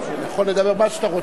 שבתוכנית של ברוורמן יש הרבה חסרים,